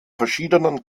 verschiedenen